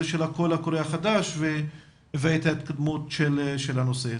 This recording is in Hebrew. של הקול הקורא החדש ואת ההתקדמות של הנושא.